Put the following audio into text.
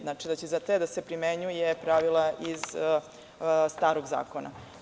Znači, da će za te da se primenjuje pravilo iz starog zakona.